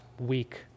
week